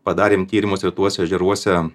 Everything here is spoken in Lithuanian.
padarėm tyrimus ir tuose ežeruose